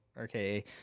okay